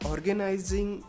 Organizing